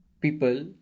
people